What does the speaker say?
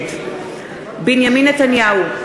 נגד בנימין נתניהו,